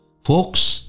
Folks